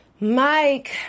Mike